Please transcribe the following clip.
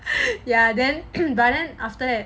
ya then but then after that